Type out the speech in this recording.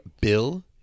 Bill